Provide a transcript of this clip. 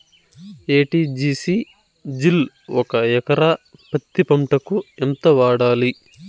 ఎ.టి.జి.సి జిల్ ఒక ఎకరా పత్తి పంటకు ఎంత వాడాలి?